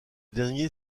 dernier